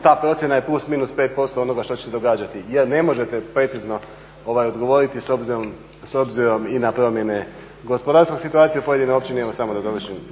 ta procjena je plus minus 5% onoga što će se događati jer ne možete precizno odgovoriti s obzirom na promjene gospodarske situacije. Pojedine općine evo samo da dovršim